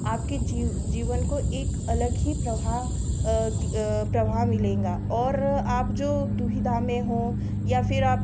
आपके जीव जीवन को एक अलग ही प्रवाह प्रवाह मिलेगा और आप जो दुविधा में हो या फिर आप